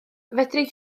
fedri